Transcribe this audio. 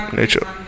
nature